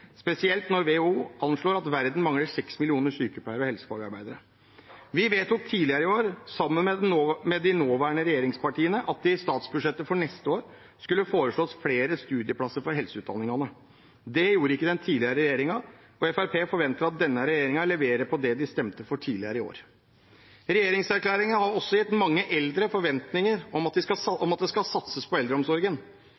spesielt når WHO anslår at verden mangler 6 millioner sykepleiere og helsefagarbeidere. Vi vedtok tidligere i år, sammen med de nåværende regjeringspartiene, at det i statsbudsjettet for neste år skulle foreslås flere studieplasser for helseutdanningene. Det gjorde ikke den forrige regjeringen, og Fremskrittspartiet forventer at denne regjeringen leverer på det de stemte for tidligere i år. Regjeringserklæringen har også gitt mange eldre forventninger om at det skal